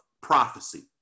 prophecy